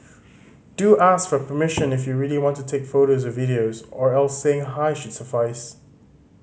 do ask for permission if you really want to take photos or videos or else saying hi should suffice